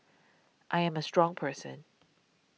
I am a strong person